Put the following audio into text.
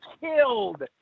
killed